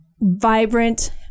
vibrant